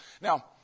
Now